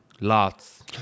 lots